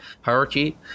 hierarchy